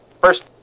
First